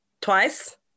Twice